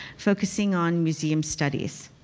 focusing on museum studies.